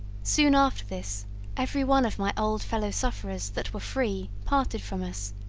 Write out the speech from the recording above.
soon after this every one of my old fellow-sufferers that were free parted from us,